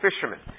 fishermen